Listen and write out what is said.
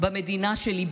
במדינה שלי,